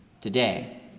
today